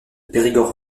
périgord